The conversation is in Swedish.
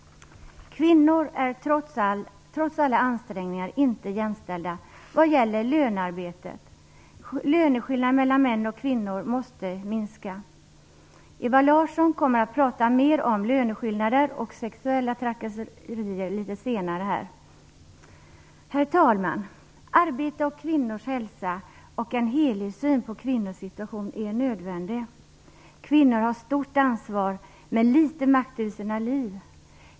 Kvinnor är trots alla ansträngningar inte jämställda med män vad gäller lönearbetet. Löneskillnaderna mellan män och kvinnor måste minska. Ewa Larsson kommer att tala mer om löneskillnader och sexuella trakasserier litet senare i debatten. Herr talman! Arbete med kvinnors hälsa och en helhetssyn på kvinnors situation är nödvändiga. Kvinnor har stort ansvar men litet makt över sina liv.